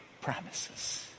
promises